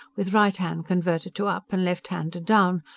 with right hand converted to up and left hand to down,